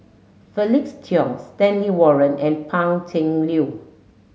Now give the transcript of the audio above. Felix Cheong Stanley Warren and Pan Cheng Lui